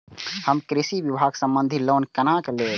हम कृषि विभाग संबंधी लोन केना लैब?